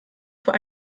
vor